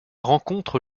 rencontre